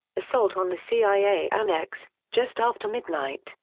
assault on the cia annex just after midnight,